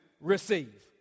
receive